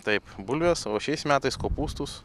taip bulvės o šiais metais kopūstus